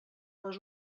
les